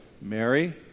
Mary